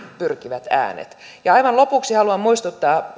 pyrkivät äänet aivan lopuksi haluan muistuttaa